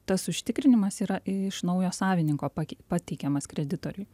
tas užtikrinimas yra iš naujo savininko pakei pateikiamas kreditoriui